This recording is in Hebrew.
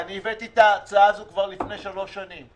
הבאתי את ההצעה הזאת כבר לפני 3 שנים,